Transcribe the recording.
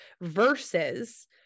versus